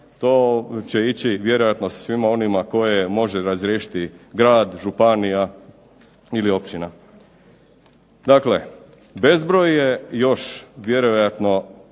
To će ići vjerojatno sa svima onima koje može razriješiti grad, županija ili općina. Dakle, bezbroj je još vjerojatno